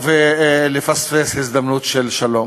ולפספוס הזדמנות של שלום.